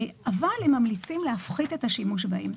אבל הם ממליצים להפחית את השימוש בהם.